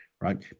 right